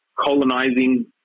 colonizing